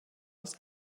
aus